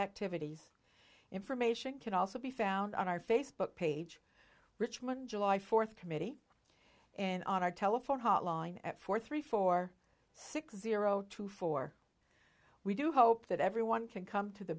activities information can also be found on our facebook page richmond july fourth committee in our telephone hotline at four three four six zero two four we do hope that everyone can come to the